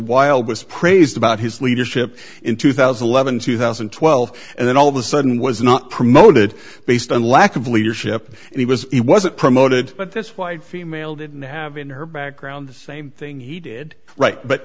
wild was praised about his leadership in two thousand and eleven two thousand and twelve and then all of a sudden was not promoted based on lack of leadership and he was it wasn't promoted but this white female didn't have in her background the same thing he did right but